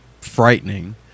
frightening